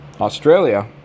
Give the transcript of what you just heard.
Australia